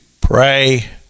pray